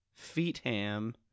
Feetham